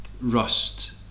rust